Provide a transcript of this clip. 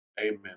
Amen